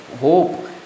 hope